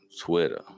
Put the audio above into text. Twitter